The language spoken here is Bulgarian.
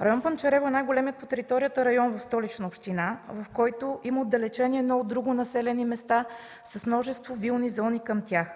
Район Панчарево е най-големият по територия район в Столична община, в който има отдалечени едно от друго населени места с множество вилни зони към тях.